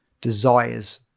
desires